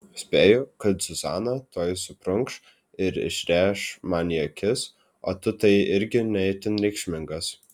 spėju kad zuzana tuoj suprunkš ir išrėš man į akis o tu tai irgi ne itin reikšmingas